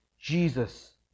Jesus